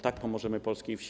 Tak pomożemy polskiej wsi.